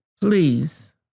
Please